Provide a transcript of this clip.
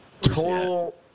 Total –